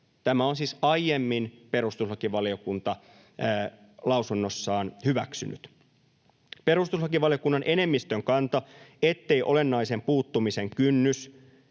Tämän on siis aiemmin perustuslakivaliokunta lausunnossaan hyväksynyt. Perustuslakivaliokunnan enemmistön kanta, ettei olennaisen puuttumisen kynnys